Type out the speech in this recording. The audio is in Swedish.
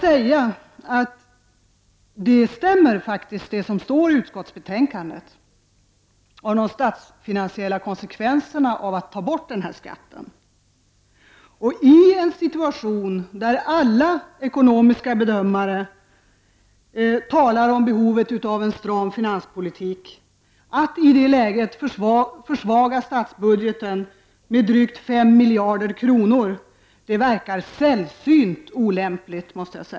Till detta vill jag säga att det som står i utskottsbetänkandet om de statsfinansiella konsekvenserna av ett borttagande av denna skatt faktiskt stämmer. Att i en situation då alla ekonomiska bedömare talar om behovet av en stram finanspolitik försvaga statsbudgeten med drygt 5 miljarder kronor verkar sällsynt olämpligt.